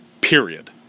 period